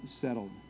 settled